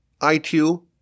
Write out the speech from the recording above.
IQ